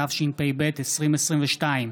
התשפ"ב 2022,